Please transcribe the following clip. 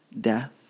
death